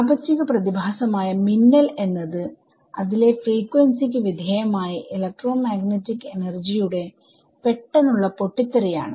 പ്രാപഞ്ചിക പ്രതിഭാസമായ മിന്നൽ എന്നത് അതിലെ ഫ്രീക്വൻസിക്ക്വിധേയമായി ഇലക്ട്രോമാഗ്നെറ്റിക് എനർജി യുടെ പെട്ടെന്നുള്ള പൊട്ടിത്തെറി യാണ്